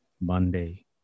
Monday